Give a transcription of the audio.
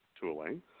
tooling